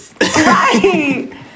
Right